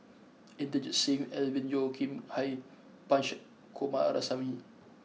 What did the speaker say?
Inderjit Singh Alvin Yeo Khirn Hai Punch Coomaraswamy